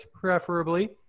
preferably